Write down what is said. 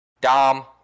Dom